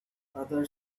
other